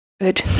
Good